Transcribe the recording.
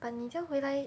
but 你这样回来